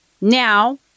now